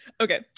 okay